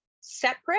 separate